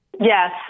Yes